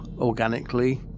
organically